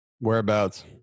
Whereabouts